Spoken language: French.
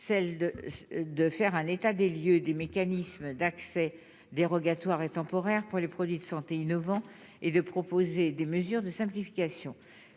celle de faire un état des lieux des mécanismes d'accès dérogatoire et temporaire pour les produits de santé innovant et de proposer des mesures de simplification,